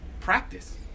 practice